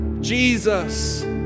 Jesus